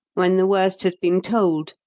when the worst has been told,